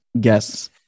guess